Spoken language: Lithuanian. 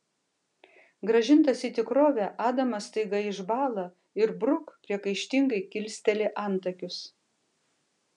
grąžintas į tikrovę adamas staiga išbąla ir bruk priekaištingai kilsteli antakius